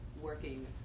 working